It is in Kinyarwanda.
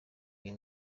uyu